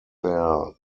their